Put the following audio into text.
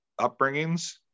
upbringings